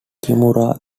kimura